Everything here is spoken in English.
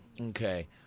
Okay